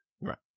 right